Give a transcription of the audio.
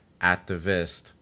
activist